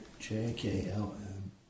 J-K-L-M